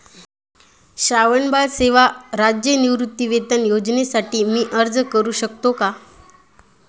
श्रावणबाळ सेवा राज्य निवृत्तीवेतन योजनेसाठी मी अर्ज करू शकतो का?